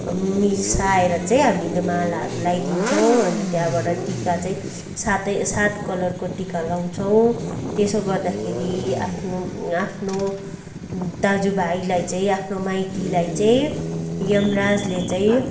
मिसाएर चाहिँ हामीले मालाहरू लाइदिन्छौँ अनि त्यहाँबाट टिका चाहिँ सातै सात कलरको टिका लाउछौँ त्यसो गर्दाखेरि आफ्नो आफ्नो दाजुभाइलाई चाहिँ आफ्नो माइतीलाई चाहिँ यमराजले चाहिँ